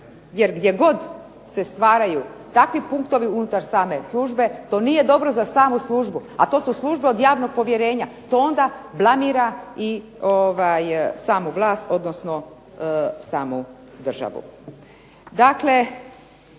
Jer gdje god se stvaraju takvi punktovi unutar same službe to nije dobro za samu službu, a to su službe od javnog povjerenja. To onda blamira i samu vlast, odnosno samu državu.